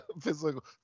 Physical